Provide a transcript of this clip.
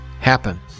happen